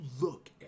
look